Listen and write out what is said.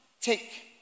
take